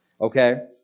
Okay